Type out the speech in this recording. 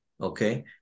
okay